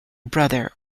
brother